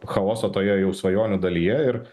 chaoso toje jau svajonių dalyje ir